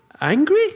angry